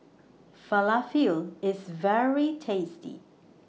Falafel IS very tasty